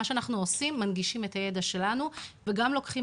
מה שאנחנו עושים מנגישים את הידע שלנו וגם לוקחים